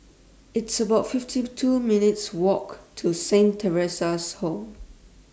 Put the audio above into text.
It's about fifty two minutes' Walk to Saint Theresa's Home